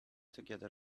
together